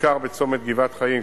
הכיכר בצומת גבעת-חיים,